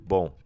Bom